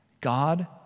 God